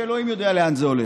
אלוהים יודע לאן זה הולך.